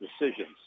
decisions